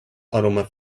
aroma